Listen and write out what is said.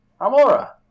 Amora